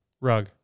Rug